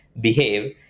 behave